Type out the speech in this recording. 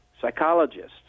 psychologists